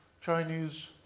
Chinese